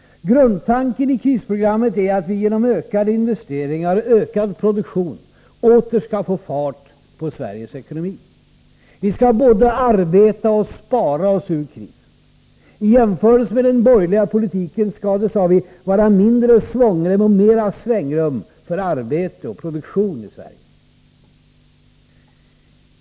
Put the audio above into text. Grundtanken i krisprogrammet är att vi genom ökade investeringar och ökad produktion åter skall få fart på Sveriges ekonomi. Vi skall både arbeta och spara oss ur krisen. I jämförelse med den borgerliga politiken skall det, sade vi, vara mindre svångrem och mer svängrum för arbete och produktion i Sverige.